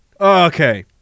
Okay